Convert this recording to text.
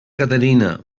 caterina